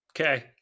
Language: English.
Okay